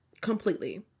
completely